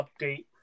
update